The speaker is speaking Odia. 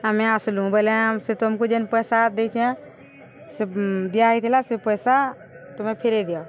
ଆମେ ଆସିଲୁ ବୋଇଲେ ସେ ତୁମକୁ ଯେନ୍ ପଇସା ଦେଇଛେଁ ସେ ଦିଆ ହୋଇଥିଲା ସେ ପଇସା ତୁମେ ଫେରେଇ ଦିଅ